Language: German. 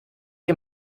ihr